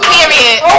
Period